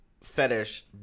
fetish